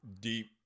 deep